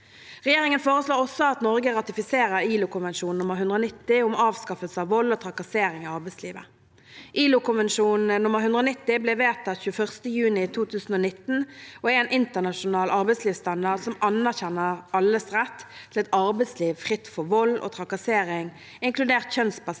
Regjeringen foreslår også at Norge ratifiserer ILOkonvensjon nr. 190, om avskaffelse av vold og trakassering i arbeidslivet. ILO-konvensjonen ble vedtatt 21. juni 2019 og er en internasjonal arbeidslivsstandard som anerkjenner alles rett til et arbeidsliv fritt for vold og trakassering, inkludert kjønnsbasert